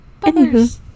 anywho